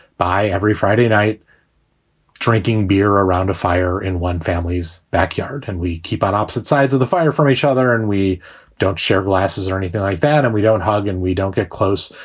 by every friday night drinking beer around a fire in one family's backyard. and we keep on opposite sides of the fire from each other. and we don't share glasses or anything like that. and we don't hug and we don't get close,